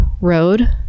road